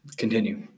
continue